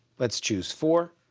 let's choose four.